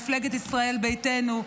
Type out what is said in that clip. מפלגת ישראל ביתנו,